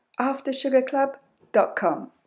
AfterSugarClub.com